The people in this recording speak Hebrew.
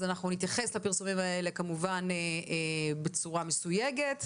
אז אנחנו נתייחס לפרסומים האלה כמובן בצורה מסוייגת,